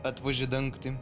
atvoži dangtį